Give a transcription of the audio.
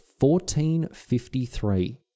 1453